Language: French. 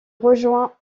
rejoint